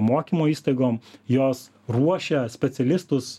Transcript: mokymo įstaigom jos ruošia specialistus